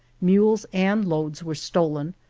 mules and loads were stolen,